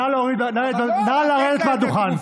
נא לרדת מהדוכן.